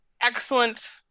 excellent